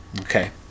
Okay